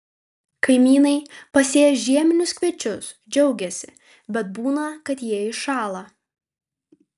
kaimynai pasėję žieminius kviečius džiaugiasi bet būna kad jie iššąla